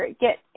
get